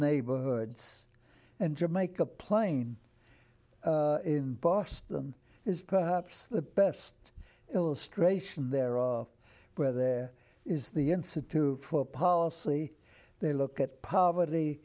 neighborhoods and jamaica plain in boston is perhaps the best illustration there are where there is the institute for policy they look at power